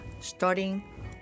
starting